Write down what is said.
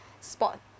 spot